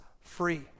free